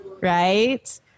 right